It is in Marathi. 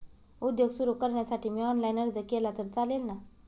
उद्योग सुरु करण्यासाठी मी ऑनलाईन अर्ज केला तर चालेल ना?